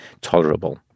tolerable